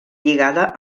lligada